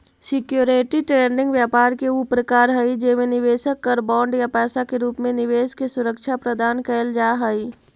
security trading व्यापार के ऊ प्रकार हई जेमे निवेशक कर बॉन्ड या पैसा के रूप में निवेश के सुरक्षा प्रदान कैल जा हइ